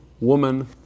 woman